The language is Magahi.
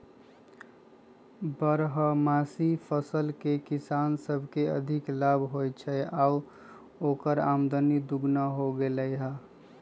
बारहमासी फसल से किसान सब के अधिक लाभ होई छई आउर ओकर आमद दोगुनी हो गेलई ह